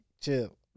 chill